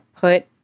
put